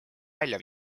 välja